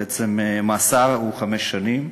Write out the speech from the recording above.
בעצם המאסר הוא חמש שנים,